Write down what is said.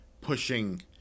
pushing